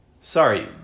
sorry